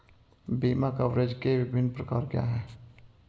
बीमा कवरेज के विभिन्न प्रकार क्या हैं?